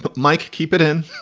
but mike. keep it in.